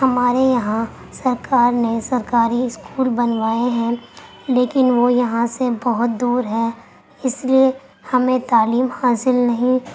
ہمارے یہاں سرکار نے سرکاری اسکول بنوائے ہیں لیکن وہ یہاں سے بہت دور ہے اس لیے ہمیں تعلیم حاصل نہیں